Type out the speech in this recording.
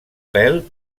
pèl